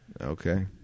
Okay